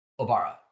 obara